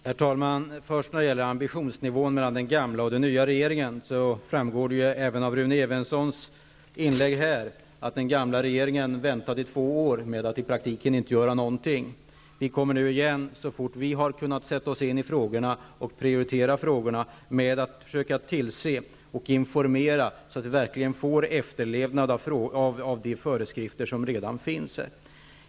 Herr talman! När det gäller ambitionsnivån hos den gamla och den nya regeringen vill jag säga att det framgår även av Rune Evenssons inlägg här att den gamla regeringen väntade i två år med att i praktiken inte göra någonting. Vi kommer nu igen, så fort vi har kunnat sätta oss in i och prioritera frågorna, med att informera så att vi verkligen får efterlevnad av de föreskrifter som redan finns.